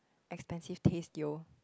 expensive taste yo